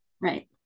Right